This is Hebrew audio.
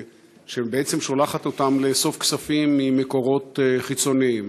שבעצם שולחת אותן לאסוף כספים ממקורות חיצוניים.